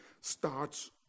Starts